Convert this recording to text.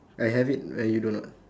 I have it and you don't what